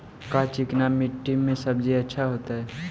का चिकना मट्टी में सब्जी अच्छा होतै?